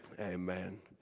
Amen